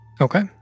Okay